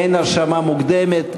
אין הרשמה מוקדמת,